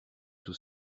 tout